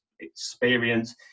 experience